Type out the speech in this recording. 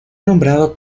nombrado